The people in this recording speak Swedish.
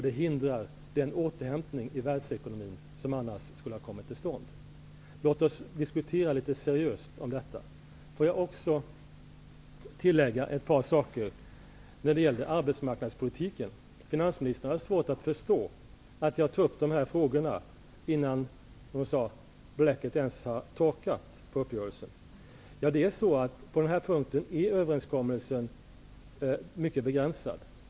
Det hindrar den återhämtning i världsekonomin som annars skulle ha kommit till stånd. Låt oss diskutera litet seriöst kring detta. Låt mig också tillägga ett par saker när det gäller arbetsmarknadspolitiken. Finansministern hade svårt att förstå att jag tog upp dessa frågor innan bläcket ens har torkat på uppgörelsen. Ja, överenskommelsen är på denna punkt mycket begränsad.